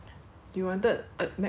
you wanted a macbook right